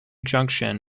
junction